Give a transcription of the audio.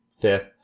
fifth